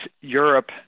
Europe